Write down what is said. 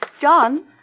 John